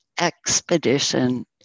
Expedition